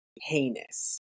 heinous